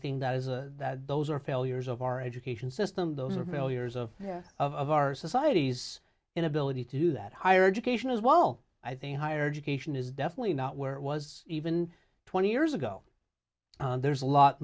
think that is that those are failures of our education system those are failures of of our society's inability to do that higher education as well i think higher education is definitely not where it was even twenty years ago there's a lot